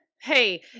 Hey